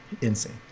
Insane